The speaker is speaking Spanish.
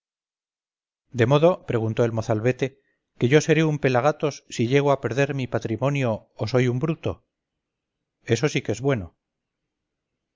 de modo preguntó el mozalbete que yo seré un pelagatos si llego a perder mi patrimonio o soy un bruto esto sí que es bueno